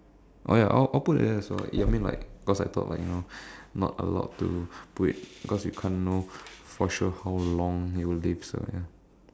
oh ya I'll I'll put that there as well ya I mean like cause I thought like you know not allowed to put it cause you can't know for sure how long it will